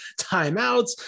timeouts